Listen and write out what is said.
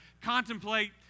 contemplate